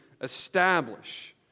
establish